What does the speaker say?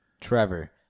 Trevor